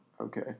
Okay